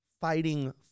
fighting